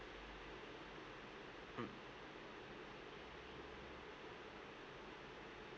mm